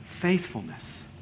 faithfulness